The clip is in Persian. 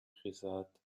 خیزد